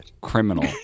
criminal